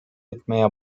etmeye